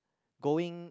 going